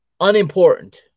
unimportant